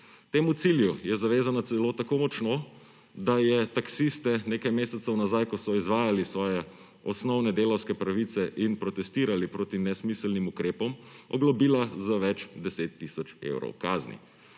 Temu cilju je zavezana celo tako močno, da je taksiste nekaj mesecev nazaj, ko so izvajali svoje osnovne delavske pravice in protestirali proti nesmiselnim ukrepom, oglobila z več 10 tisoč evrov kazni.